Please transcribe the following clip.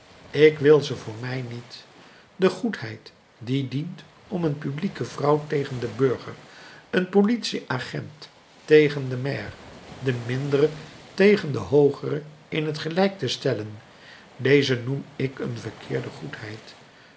ik wil ze voor mij niet de goedheid die dient om een publieke vrouw tegen den burger een politieagent tegen den maire den mindere tegen den hoogere in t gelijk te stellen deze noem ik een verkeerde goedheid